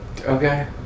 Okay